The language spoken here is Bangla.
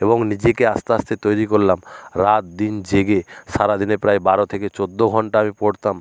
এবং নিজেকে আস্তে আস্তে তৈরি করলাম রাত দিন জেগে সারাদিনে প্রায় বারো থেকে চোদ্দ ঘন্টা আমি পড়তাম